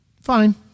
Fine